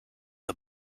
the